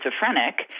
schizophrenic